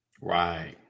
Right